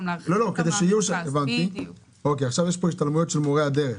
להרחיב- -- יש פה השתלמויות של מורי הדרך.